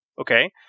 okay